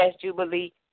jubilee